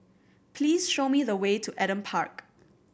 please show me the way to Adam Park